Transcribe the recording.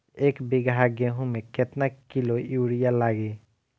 एक बीगहा गेहूं में केतना किलो युरिया लागी?